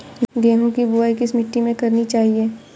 गेहूँ की बुवाई किस मिट्टी में करनी चाहिए?